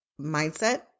mindset